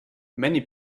many